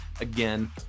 again